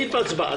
סעיף, הצבעה.